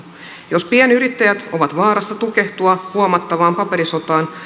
jos pienyrittäjät ovat vaarassa tukehtua huomattavaan paperisotaan